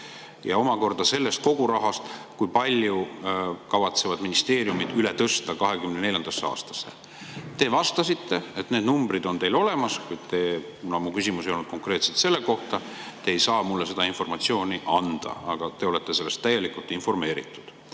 palju kogu sellest rahast kavatsevad ministeeriumid üle tõsta 2024. aastasse? Te vastasite, et need numbrid on teil olemas, kuid te – mu küsimus ei olnud konkreetselt selle kohta – ei saa mulle seda informatsiooni anda. Aga te olete sellest täielikult informeeritud.